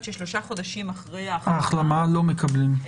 ששלושה חודשים אחרי החלמה לא מקבלים.